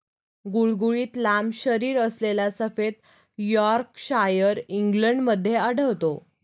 गुळगुळीत लांब शरीरअसलेला सफेद यॉर्कशायर इंग्लंडमध्ये आढळतो